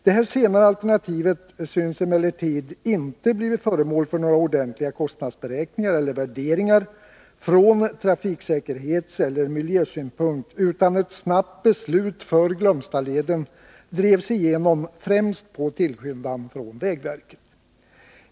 Detta senare alternativ synes emellertid inte ha blivit föremål för några ordentliga kostnadsberäkningar eller värderingar från trafiksäkerhetseller miljösynpunkt, utan ett snabbt beslut till förmån för Glömstaleden drevs igenom, främst på vägverkets tillskyndande.